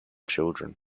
children